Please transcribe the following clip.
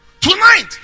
Tonight